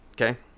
okay